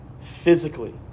physically